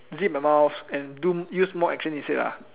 zip my mouth and do use more actions instead lah